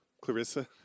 Clarissa